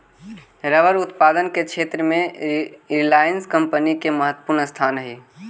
rubber उत्पादन के क्षेत्र में रिलायंस कम्पनी के महत्त्वपूर्ण स्थान हई